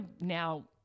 now